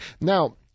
Now